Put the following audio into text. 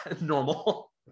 normal